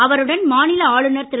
அவருடன் மாநில ஆளுநர் திரு